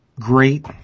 great